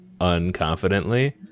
unconfidently